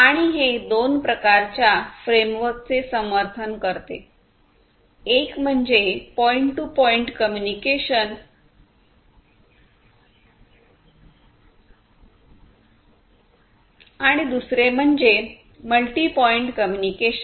आणि हे दोन प्रकारच्या फ्रेमवर्कचे समर्थन करते एक म्हणजे पॉइंट टू पॉईंट कम्युनिकेशन आणि दुसरे म्हणजे मल्टी पॉइंट कम्युनिकेशन